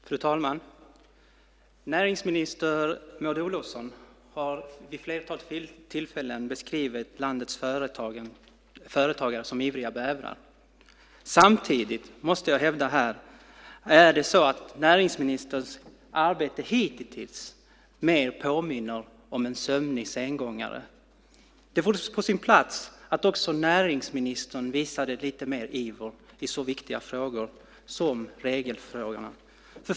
Fru talman! Näringsminister Maud Olofsson har vid ett flertal tillfällen beskrivit landets företagare som ivriga bävrar. Men jag måste hävda här att näringsministerns arbete hittills mer påminner om en sömnig sengångare. Det vore på sin plats att också näringsministern visade lite mer iver i så viktiga frågor som regelfrågorna.